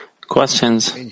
Questions